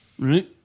Right